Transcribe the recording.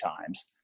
times